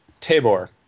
Tabor